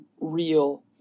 real